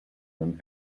them